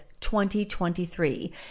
2023